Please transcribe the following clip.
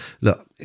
look